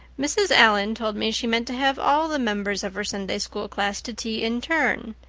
mrs. allan told me she meant to have all the members of her sunday-school class to tea in turn,